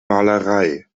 malerei